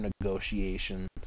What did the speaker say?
negotiations